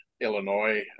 Illinois